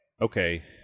okay